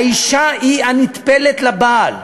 האישה היא הנטפלת לבעל.